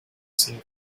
seen